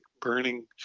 burning